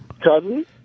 Cousin